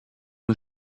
den